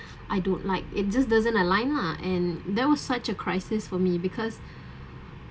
I don't like it just doesn't align lah and that was such a crisis for me because